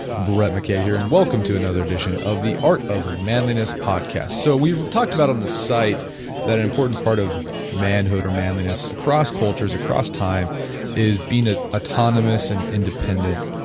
brett mckay here and welcome to another edition of the art of manliness podcast. so we've talked about on the site that an important part of manhood or manliness across cultures, across time is being ah autonomous and independent.